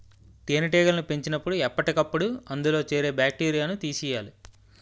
తేనెటీగలను పెంచినపుడు ఎప్పటికప్పుడు అందులో చేరే బాక్టీరియాను తీసియ్యాలి